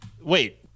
wait